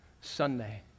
Sunday